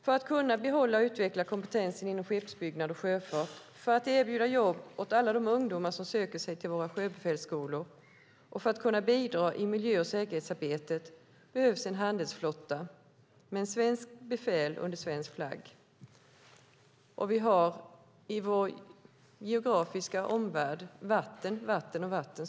För att kunna behålla och utveckla kompetensen inom skeppsbyggnad och sjöfart, för att erbjuda jobb åt alla de ungdomar som söker sig till våra sjöbefälsskolor och för att kunna bidra i miljö och säkerhetsarbetet behövs en handelsflotta med svenskt befäl under svensk flagg. Vi har i vår geografiska omvärld vatten, vatten och vatten.